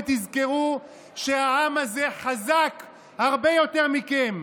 ותזכרו שהעם הזה חזק הרבה יותר מכם.